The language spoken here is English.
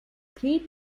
great